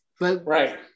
right